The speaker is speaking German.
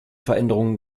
veränderungen